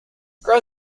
ground